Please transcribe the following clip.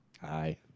Hi